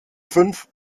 fünf